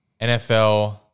nfl